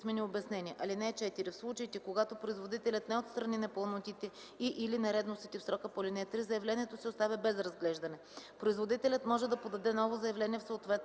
писмени обяснения. (4) В случаите, когато производителят не отстрани непълнотите и/или нередностите в срока по ал. 3, заявлението се оставя без разглеждане. Производителят може да подаде ново заявление в съответната